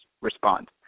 respond